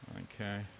Okay